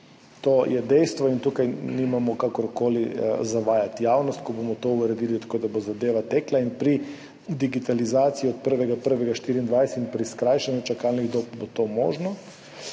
To je dejstvo in tukaj nimamo kakorkoli zavajati javnosti. Ko bomo to uredili tako, da bo zadeva tekla, bo pri digitalizaciji od 1. 1. 2024 in pri skrajšanju čakalnih dob to možno.